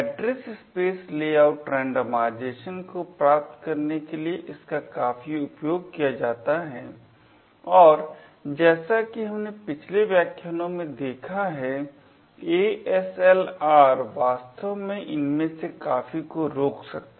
address space layout randomisation को प्राप्त करने के लिए इसका काफी उपयोग किया जाता है और जैसा कि हमने पिछले व्याख्यानों में देखा है ASLR वास्तव में इनमें से काफी को रोक सकता है